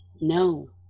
No